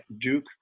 Duke